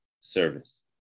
service